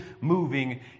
moving